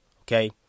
Okay